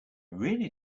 really